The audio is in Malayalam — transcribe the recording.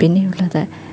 പിന്നെ ഉള്ളത്